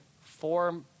four